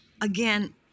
again